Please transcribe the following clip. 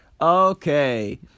Okay